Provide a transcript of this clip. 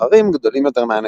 הזכרים גדולים יותר מהנקבות.